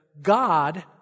God